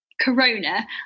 Corona